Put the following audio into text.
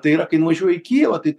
tai yra kai nuvažiuoji į kijivą tai